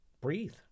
breathe